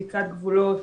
בדיקת גבולות,